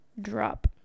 drop